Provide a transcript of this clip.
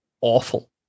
awful